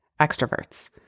extroverts